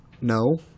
No